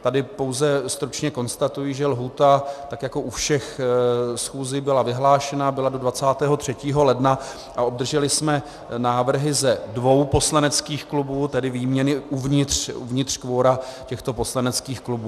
Tady pouze stručně konstatuji, že lhůta, tak jako u všech schůzí, byla vyhlášena, byla do 23. ledna a obdrželi jsme návrhy ze dvou poslaneckých klubů, tedy výměny uvnitř kvora těchto poslaneckých klubů.